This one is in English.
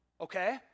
okay